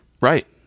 Right